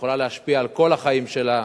שיכולה להשפיע על כל החיים שלה,